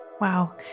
Wow